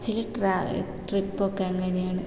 ചില ട്രിപ്പ് ഒക്കെ അങ്ങനെയാണ്